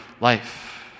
life